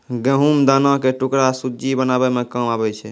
गहुँम दाना के टुकड़ा सुज्जी बनाबै मे काम आबै छै